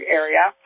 area